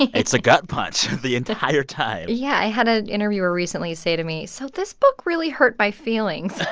it's a gut punch the entire time yeah, i had an interviewer recently you say to me, so this book really hurt my feelings